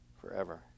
forever